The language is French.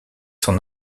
son